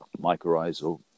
mycorrhizal